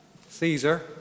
Caesar